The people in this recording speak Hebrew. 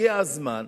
הגיע הזמן,